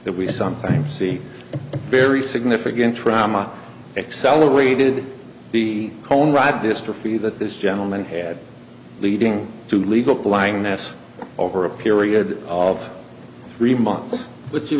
that we sometimes see very significant trauma accelerated the colon right dystrophy that this gentleman had leading to legal blindness over a period of three months with you